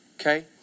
Okay